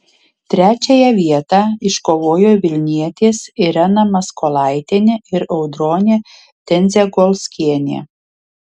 trečiąją vietą iškovojo vilnietės irena maskolaitienė ir audronė tendzegolskienė